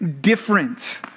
different